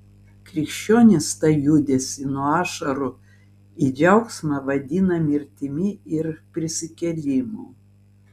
krikščionys tą judesį nuo ašarų į džiaugsmą vadina mirtimi ir prisikėlimu